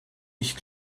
ich